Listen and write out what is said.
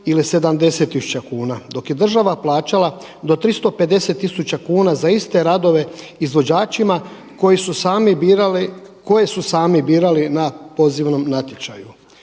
ili 70 tisuća kuna dok je država plaćala do 350 tisuća kuna za iste radove izvođačima koje su sami birali, koje su